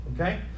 okay